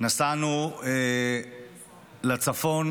נסענו לצפון,